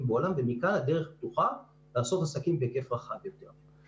בעולם ומכאן הדרך פתוחה לעשות עסקים בהיקף רחב יותר.